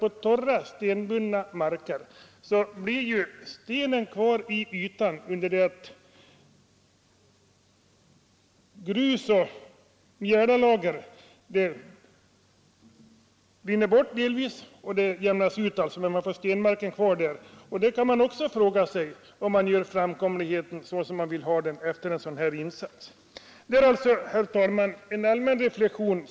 På torra, stenbundna marker blir stenen kvar i ytan, under det att grus och mjälalager delvis rinner bort. Efter en sådan insats kan man fråga sig om tillvägagångssättet varit det rätta. Jag vill på denna punkt göra en allmän reflexion.